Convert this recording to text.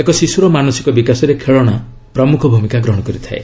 ଏକ ଶିଶୁର ମାନସିକ ବିକାଶରେ ଖେଳନା ପ୍ରମୁଖ ଭୂମିକା ଗ୍ରହଣ କରିଥାଏ